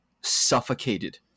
suffocated